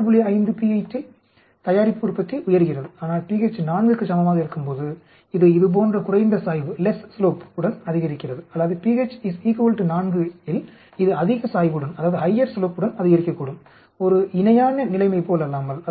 5 pHஇல் தயாரிப்பு உற்பத்தி உயர்கிறது ஆனால் pH 4 க்கு சமமாக இருக்கும்போது இது இது போன்ற குறைந்த சாய்வுடன் அதிகரிக்கிறது அல்லது pH 4 இல் இது அதிக சாய்வுடன் அதிகரிக்கக்கூடும் ஒரு இணையான நிலைமை போலல்லாமல்